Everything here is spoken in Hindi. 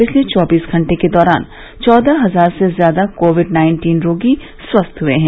पिछले चौबीस घंटे के दौरान चौदह हजार से ज्यादा कोविड नाइन्टीन रोगी स्वस्थ हुए हैं